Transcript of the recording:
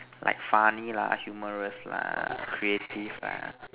like funny lah humorous lah creative lah